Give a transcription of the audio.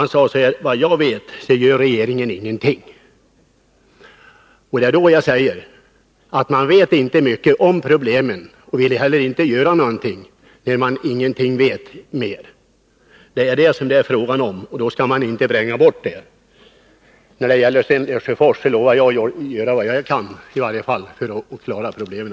Han sade: ”Vad jag vet gör regeringen ingenting.” Det är därför jag säger att man inte vet mycket om problemen och inte heller vill göra någonting åt dem, om man inte vet mer än så. Det är detta det är fråga om, och då skall man inte vränga bort det. När det gäller Lesjöfors lovar i varje fall jag att göra vad jag kan för att klara problemen.